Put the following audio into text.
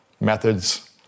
Methods